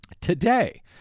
Today